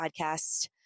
podcast